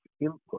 input